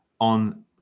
on